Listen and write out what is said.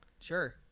sure